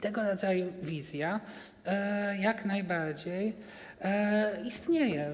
Tego rodzaju wizja jak najbardziej istnieje.